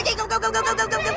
and go, go, go, go, go, go, go!